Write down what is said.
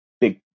big